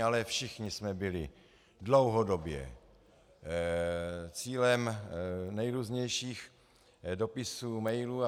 Ale všichni jsme byli dlouhodobě cílem nejrůznějších dopisů, mailů atp.